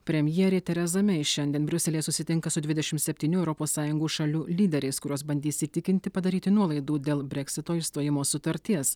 premjerė tereza mei šiandien briuselyje susitinka su dvidešim septynių europos sąjungų šalių lyderiais kuriuos bandys įtikinti padaryti nuolaidų dėl breksito išstojimo sutarties